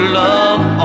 love